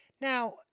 Now